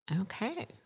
Okay